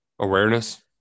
awareness